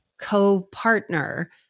co-partner